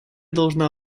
должна